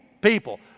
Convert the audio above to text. People